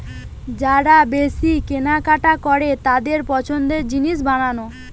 যারা বেশি কিনা কাটা করে তাদের পছন্দের জিনিস বানানো